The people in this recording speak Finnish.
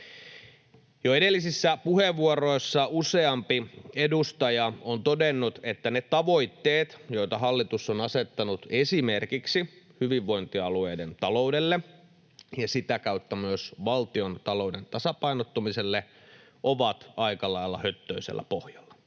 Jo edellisissä puheenvuoroissa useampi edustaja on todennut, että ne tavoitteet, joita hallitus on asettanut esimerkiksi hyvinvointialueiden taloudelle ja sitä kautta myös valtiontalouden tasapainottumiselle, ovat aika lailla höttöisellä pohjalla.